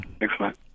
Excellent